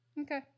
okay